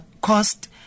cost